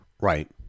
right